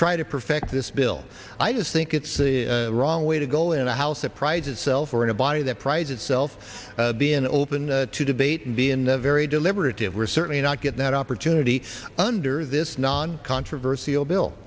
try to perfect this bill i just think it's the wrong way to go in the house surprise itself or in a body that prides itself being open to debate and be in the very deliberative we're certainly not get that opportunity under this non controversial bill